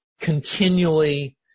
continually